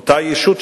ועוד משא-ומתן,